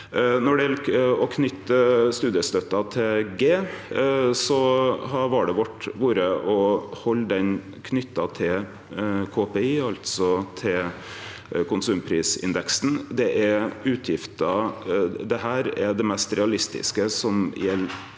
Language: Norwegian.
Når det gjeld å knyte studiestøtta til G, har valet vårt vore å halde ho knytt til KPI, altså konsumprisindeksen. Det er det mest realistiske som gjeld